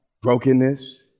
brokenness